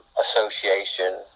association